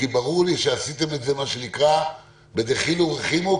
כי ברור לי שעשיתם את זה מה שנקרא בדחילו ורחימו,